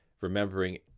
remembering